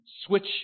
switch